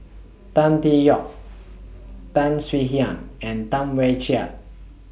Tan Tee Yoke Tan Swie Hian and Tam Wai Jia